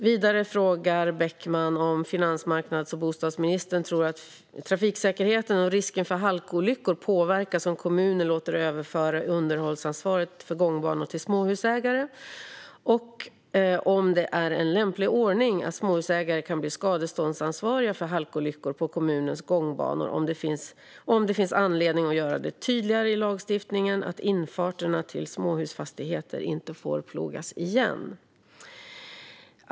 Vidare frågar Beckman om finansmarknads och bostadsministern tror att trafiksäkerheten och risken för halkolyckor påverkas om kommuner låter överföra underhållsansvaret för gångbanor till småhusägare, om det är en lämplig ordning att småhusägare kan bli skadeståndsansvariga för halkolyckor på kommunens gångbanor och om det finns anledning att göra det tydligare i lagstiftningen att infarterna till småhusfastigheter inte får plogas igen.